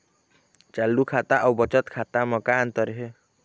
चालू खाता अउ बचत खाता म का अंतर हे?